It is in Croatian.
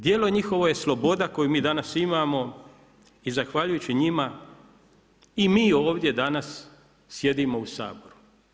Djelo njihovo je sloboda koju mi danas imamo i zahvaljujući njima i mi ovdje danas sjedimo u Saboru.